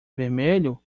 vermelho